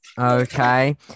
Okay